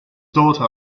daughter